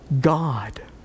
God